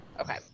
Okay